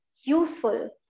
useful